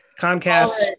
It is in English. Comcast